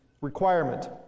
requirement